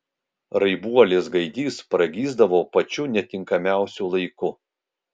raibuolis gaidys pragysdavo pačiu netinkamiausiu laiku